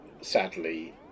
Sadly